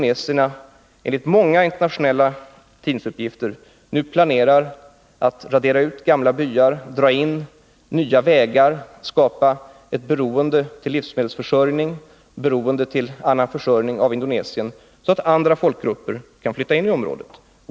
Enligt många internationella tidningsuppgifter planerar nu indonesierna att radera ut gamla byar, dra nya vägar och skapa ett beroende av Indonesien när det gäller livsmedelsförsörjning och annan försörjning, så att andra folkgrupper kan flytta in i området.